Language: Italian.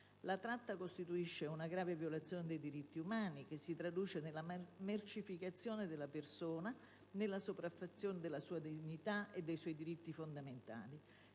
umani costituisce una grave violazione dei diritti umani che si traduce nella mercificazione della persona, nella sopraffazione della sua dignità e dei suoi diritti fondamentali.